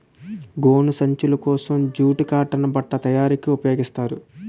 గోను సంచులు కోసం జూటు కాటన్ బట్ట తయారీకి ఉపయోగిస్తారు